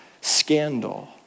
scandal